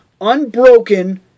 unbroken